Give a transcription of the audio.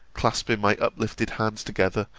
clasping my uplifted hands together,